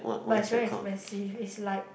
but is very expensive is like